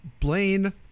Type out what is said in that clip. Blaine